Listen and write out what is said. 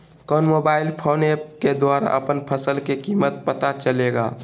कौन mobile phone app के द्वारा अपन फसल के कीमत पता चलेगा?